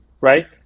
right